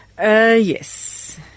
Yes